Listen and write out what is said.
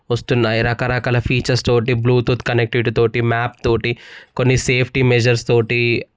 వస్తున్నాయి రకరకాల ఫ్యూచర్స్ తో బ్లూటూత్ కనెక్టివిటీతో మ్యాప్ తో కొన్నిసేఫ్టీ మెజర్స్ తో